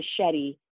machete